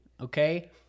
okay